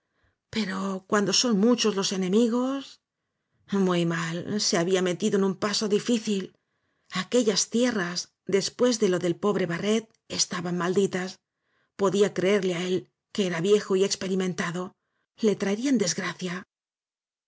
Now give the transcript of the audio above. pero cuando son muchos los enemigos muy mal se había metido en un paso difícil aquellas tierras después de lo del pobre ba rret estaban malditas podía creerle á él que era viejo y experimentado le traerían desgracia